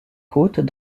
côtes